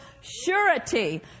surety